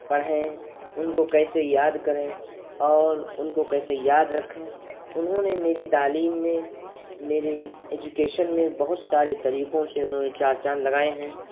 پڑھیں ان کو کیسے یاد کریں اور ان کو کیسے یاد رکھیں انہوں نے میری تعلیم میں میری ایجوکیشن میں بہت سارے طریقوں سے انہوں نے چار چاند لگائے ہیں